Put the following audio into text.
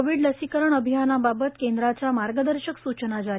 Covid लसीकरण अभियानाबाबत केंद्राच्या मार्गदर्शक सूचना जारी